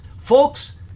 Folks